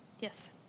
Yes